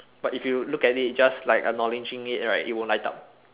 but if you look at it just like acknowledging it right it won't light up